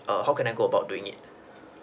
err how can I go about doing it